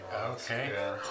Okay